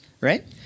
right